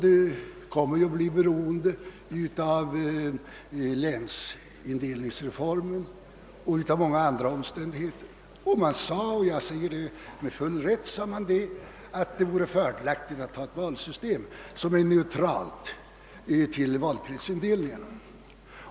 Den kommer ju att bli beroende av länsindelningsreformen och många andra omständigheter. Man ansåg — med full rätt, enligt min mening — att det vore fördelaktigt att införa ett valsystem som förhåller sig neutralt till valkretsindelningarna.